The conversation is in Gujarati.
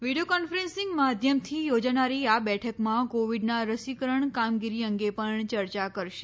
વીડિયો કોન્ફન્સિંગ માધ્યમથી યોજાનારી આ બેઠકમાં કોવિડના રસીકરણ કામગીરી અંગે પણ ચર્ચા કરશે